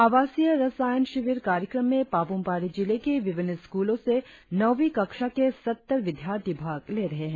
आवासीय रसायन शिविर कार्यक्रम में पापुम पारे जिले के विभिन्न स्कूलों से नौवीं कक्षा के सत्तर विद्यार्थी भाग ले रहे है